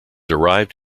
arrived